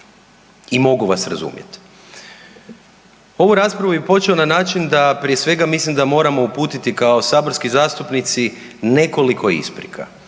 I mogu vas razumjeti. Ovu raspravu bih počeo na način da, prije svega, mislim da moramo uputiti kao saborski zastupnici nekoliko isprika.